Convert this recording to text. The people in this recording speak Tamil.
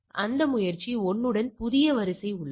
அந்த முயற்சி 1 உடன் ஒரு புதிய வரிசை உள்ளது